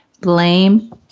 blame